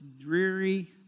dreary